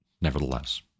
nevertheless